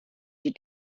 die